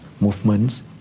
movements